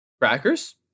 crackers